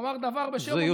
נאמר דבר בשם אומרו,